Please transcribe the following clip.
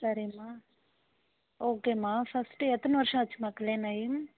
சரிம்மா ஓகேம்மா ஃபஸ்ட்டு எத்தனை வருடம் ஆச்சும்மா கல்யாணம் ஆகி